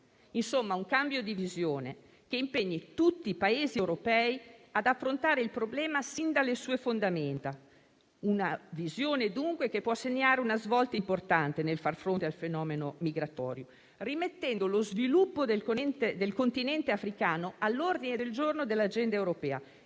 Insomma, un cambio di visione che impegni tutti i Paesi europei ad affrontare il problema sin dalle sue fondamenta; una visione, dunque, che può segnare una svolta importante nel far fronte al fenomeno migratorio, rimettendo lo sviluppo del continente africano all'ordine del giorno dell'agenda europea,